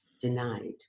denied